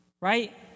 right